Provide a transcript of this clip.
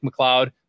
McLeod